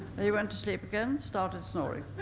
and he went to sleep again, started snoring.